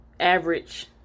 average